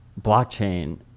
blockchain